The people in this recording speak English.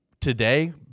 today